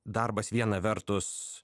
darbas viena vertus